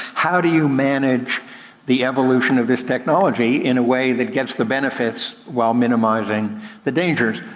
how do you manage the evolution of this technology in a way that gets the benefits while minimizing the dangers.